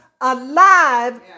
Alive